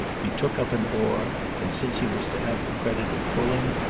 he took up an oar and, since he was to have the credit of pulling,